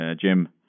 Jim